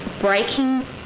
breaking